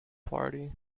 party